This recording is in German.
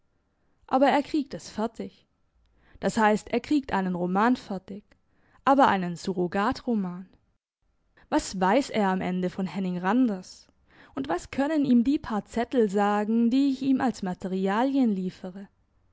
aber er kriegt es fertig das heisst er kriegt einen roman fertig aber einen surrogatroman was weiss er am ende von henning randers und was können ihm die paar zettel sagen die ich ihm als materialien liefere